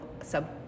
sub